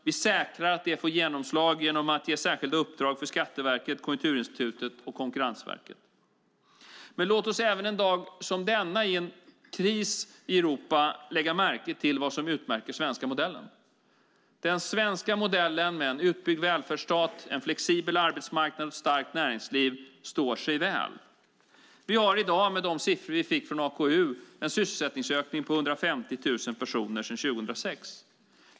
Vi säkrar att det får genomslag genom att ge särskilda uppdrag till Skatteverket, Konjunkturinstitutet och Konkurrensverket. Låt oss även en dag som denna, med en kris i Europa, lägga märke till vad som utmärker den svenska modellen. Den svenska modellen, med en utbyggd välfärdsstat, en flexibel arbetsmarknad och ett starkt näringsliv, står sig väl. Vi har i dag, enligt de siffror vi fick från AKU, en sysselsättningsökning på 150 000 personer sedan 2006.